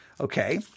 okay